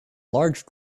large